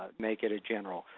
make it a general.